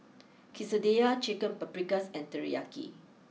Quesadillas Chicken Paprikas and Teriyaki